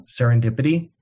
serendipity